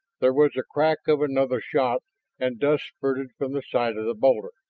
there was the crack of another shot and dust spurted from the side of the boulder.